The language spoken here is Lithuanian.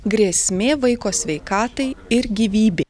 grėsmė vaiko sveikatai ir gyvybė